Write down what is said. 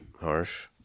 Harsh